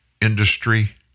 industry